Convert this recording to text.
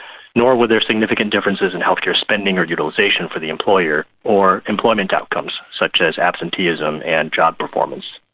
nor were there significant differences in healthcare spending or utilisation for the employer or employment outcomes such as absenteeism and job performance.